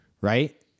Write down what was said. Right